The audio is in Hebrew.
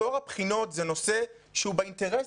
טוהר הבחינות זה נושא שהוא באינטרס